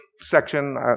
section